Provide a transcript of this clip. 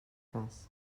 cas